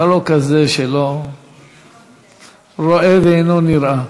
אתה לא כזה שרואה ואינו נראה.